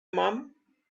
mom